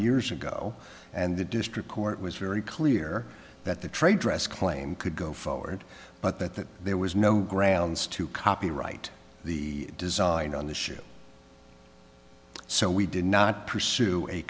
years ago and the district court was very clear that the trade dress claim could go forward but that there was no grounds to copyright the design on the ship so we did not pursue a